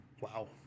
Wow